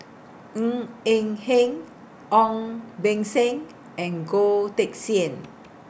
Ng Eng Hen Ong Beng Seng and Goh Teck Sian